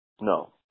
no